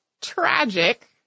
tragic